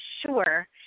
sure